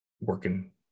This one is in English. working